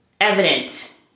evident